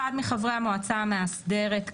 אחד מחברי המועצה המאסדרת,